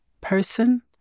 person